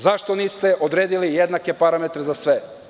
Zašto niste odredili jednake parametre za sve?